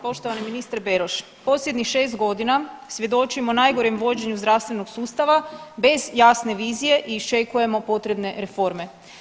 Poštovani ministre Beroš posljednjih 6 godina svjedočimo najgorem vođenju zdravstvenog sustava bez jasne vizije i iščekujemo potrebne reforme.